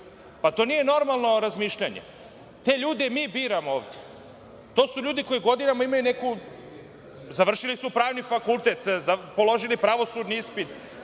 To nije normalno razmišljanje. Te ljude mi biramo ovde. To su ljudi koji su završili pravni fakultet, položili pravosudni ispit